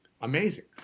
amazing